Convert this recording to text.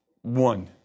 One